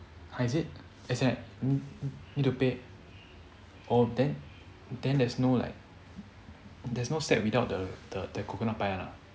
!huh! is it as in like need to pay oh then then there's no like there's no set without the the the coconut pie one ah